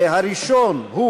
הראשון הוא